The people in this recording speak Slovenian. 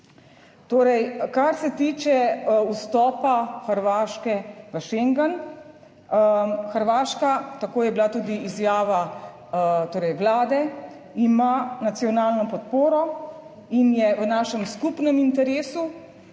kar se tiče vstopa Hrvaške v Schengen. Hrvaška, tako je bila tudi izjava torej Vlade, ima nacionalno podporo in je v našem skupnem interesu